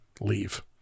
leave